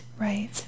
Right